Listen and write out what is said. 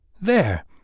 There